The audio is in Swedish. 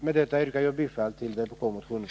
Med detta yrkar jag bifall till vpk-motionen.